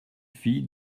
fille